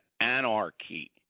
anarchy